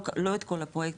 לא את כל הפרויקט,